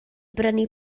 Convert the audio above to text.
brynu